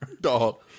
dog